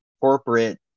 corporate